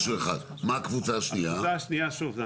מה הקבוצה השנייה?